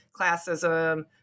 classism